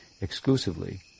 exclusively